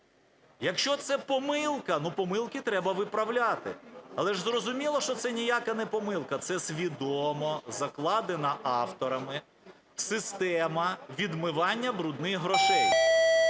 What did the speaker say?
Якщо це помилка, помилки треба виправляти. Але ж зрозуміло, що це ніяка не помилка, це свідомо закладена авторами система відмивання "брудних" грошей.